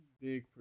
big